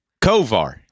Kovar